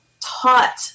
taught